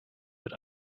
mit